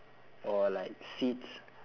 or like seeds